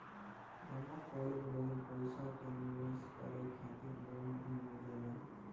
जामा कईल गईल पईसा के निवेश करे खातिर लोन भी मिलेला